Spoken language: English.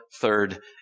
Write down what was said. third